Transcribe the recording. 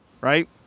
right